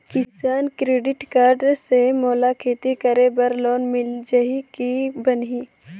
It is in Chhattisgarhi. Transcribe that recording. किसान क्रेडिट कारड से मोला खेती करे बर लोन मिल जाहि की बनही??